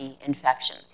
infection